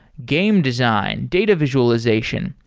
game design, data visualization.